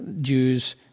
Jews